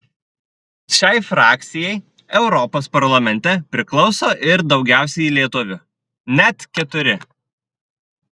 šiai frakcijai europos parlamente priklauso ir daugiausiai lietuvių net keturi